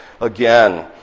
again